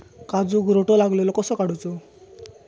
काजूक रोटो लागलेलो कसो काडूचो?